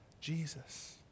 Jesus